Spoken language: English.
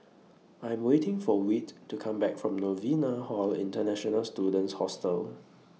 I'm waiting For Whit to Come Back from Novena Hall International Students Hostel